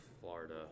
Florida